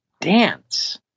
dance